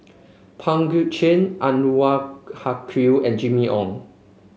Pang Guek Cheng Anwarul Haque and Jimmy Ong